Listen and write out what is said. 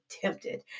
tempted